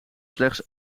slechts